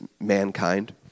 mankind